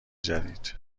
جدید